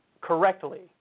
correctly